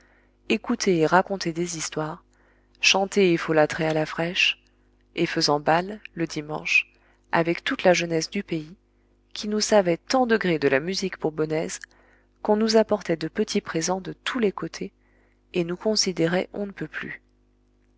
et raconter des histoires chanter et folâtrer à la fraîche et faisant bal le dimanche avec toute la jeunesse du pays qui nous savait tant de gré de la musique bourbonnaise qu'on nous apportait de petits présents de tous les côtés et nous considérait on ne peut plus